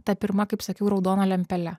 ta pirma kaip sakiau raudona lempele